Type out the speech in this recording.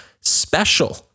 special